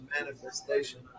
manifestation